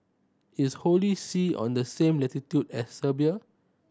is Holy See on the same latitude as Serbia